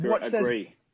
agree